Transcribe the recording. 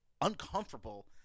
uncomfortable